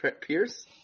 Pierce